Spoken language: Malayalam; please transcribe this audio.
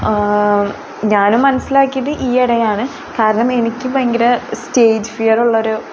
ഞാനും മനസ്സിലാക്കിയത് ഈയിടെയാണ് കാരണം എനിക്ക് ഭയങ്കര സ്റ്റേജ് ഫിയർ ഉള്ളൊരു